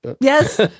Yes